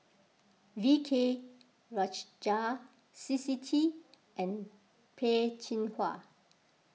V K Rajah C C T and Peh Chin Hua